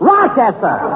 Rochester